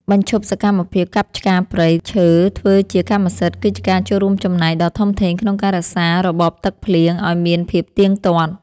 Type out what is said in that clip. បញ្ឈប់សកម្មភាពកាប់ឆ្ការព្រៃឈើធ្វើជាកម្មសិទ្ធិគឺជាការចូលរួមចំណែកដ៏ធំធេងក្នុងការរក្សារបបទឹកភ្លៀងឱ្យមានភាពទៀងទាត់។